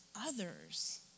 others